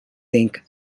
think